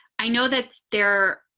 i know that there.